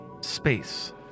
space